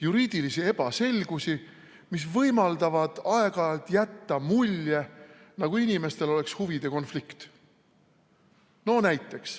Juriidilisi ebaselgusi, mis võimaldavad aeg-ajalt jätta mulje, nagu inimestel oleks huvide konflikt. No näiteks: